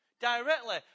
directly